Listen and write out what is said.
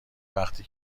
وقتی